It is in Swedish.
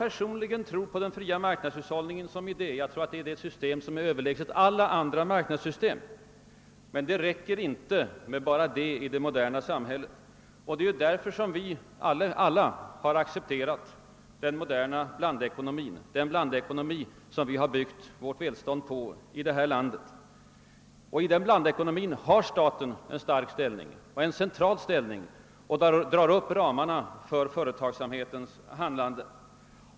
Personligen tror jag på den fria marknadshushållningen som idé — jag tror att det är ett system som är överlägset alla andra marknadssystem. Men det räcker inte med "detta i det moderna samhället, och det är ju därför som vi alla har accepterat den moderna blandekonomin — den blandekonomi som vi har byggt vårt välstånd på i detta land. I den blandekonomin har staten en stark och en central ställning och drar upp ramarna för företagsamhetens handlande.